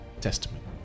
testament